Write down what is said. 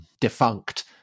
defunct